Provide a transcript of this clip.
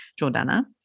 Jordana